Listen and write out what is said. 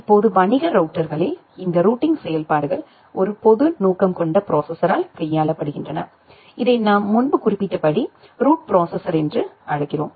இப்போது வணிக ரவுட்டர்களில் இந்த ரூட்டிங் செயல்பாடுகள் ஒரு பொது நோக்கம் கொண்ட ப்ரோசெசர்யால் கையாளப்படுகின்றன இதை நான் முன்பு குறிப்பிட்டபடி ரூட் ப்ரோசெசர் என்று அழைக்கிறோம்